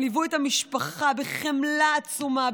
הם ליוו את המשפחה בחמלה עצומה,